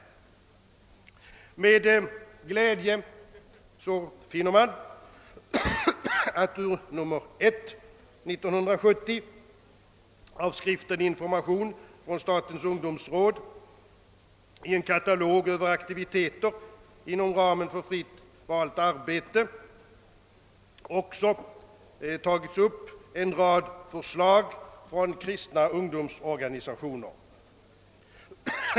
Med glädje finner man att i nr 1/1970 av skriften Information från statens ungdomsråd i en katalog över aktiviteter inom ramen för fritt valt arbete även tagits upp en rad förslag från kristna ungdomsorganisationer.